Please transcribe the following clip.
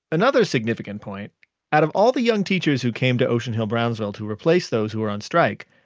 another significant point out of all the young teachers who came to ocean hill-brownsville to replace those who were on strike,